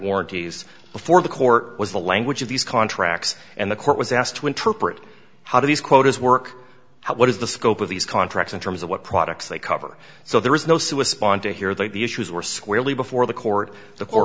warranties before the court was the language of these contracts and the court was asked to interpret how do these quotas work what is the scope of these contracts in terms of what products they cover so there is no suicide on to here that the issues were squarely before the court